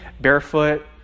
barefoot